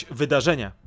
wydarzenia